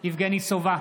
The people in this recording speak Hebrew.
יבגני סובה,